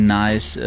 nice